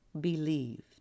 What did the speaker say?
believed